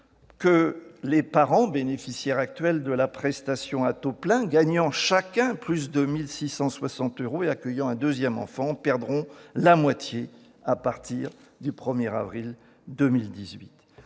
que les parents bénéficiaires actuels de la prestation à taux plein gagnant chacun plus de 1 660 euros et accueillant un deuxième enfant en perdront la moitié à partir du 1 avril 2018